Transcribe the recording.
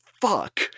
Fuck